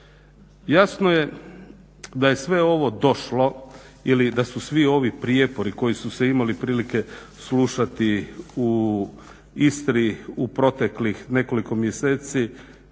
Jasno je da je sve ovo došlo ili da su svi ovi prijepori koji su se imali prilike slušati u Istri u proteklih nekoliko mjeseci